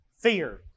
fear